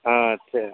હં ઠીક